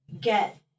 get